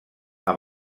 amb